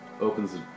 opens